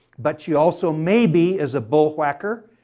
but she also maybe as a bullwhacker,